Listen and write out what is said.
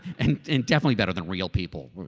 and and definitely better than real people.